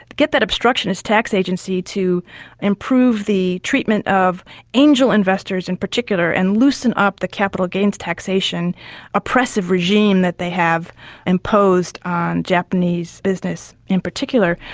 get that obstructionist tax agency to improve the treatment of angel investors in particular and loosen up the capital gains taxation oppressive regime that they have imposed on japanese business in particular.